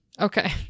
Okay